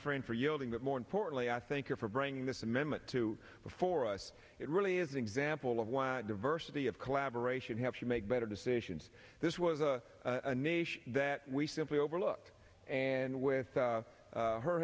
friend for yielding but more importantly i thank you for bringing this amendment to before us it really is an example of why diversity of collaboration helps you make better decisions this was a nation that we simply overlook and with